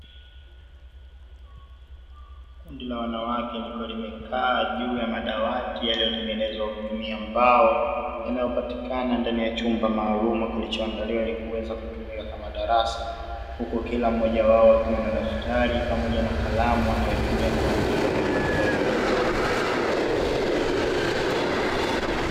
Kundi la wanawake likiwa limekaa juu ya madawati yaliyotenenezwa kwa kutumia mbao yanayopatikana ndani ya chumba maalum kilichoandaliwa ili kuweza kutumika kama darasa, huku kila mmoja wao akiwa na daftari pamoja na kalamu anayoitumia kuandika katika daftari hilo.